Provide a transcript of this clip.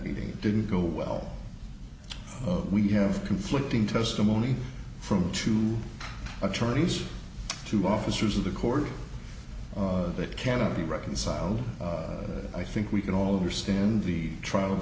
meeting didn't go well we have conflicting testimony from two attorneys two officers of the court that cannot be reconciled i think we can all understand the trial